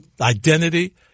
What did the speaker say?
identity